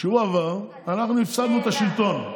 כשהוא עבר, אנחנו הפסדנו את השלטון.